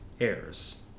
heirs